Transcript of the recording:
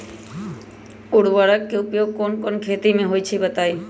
उर्वरक के उपयोग कौन कौन खेती मे होई छई बताई?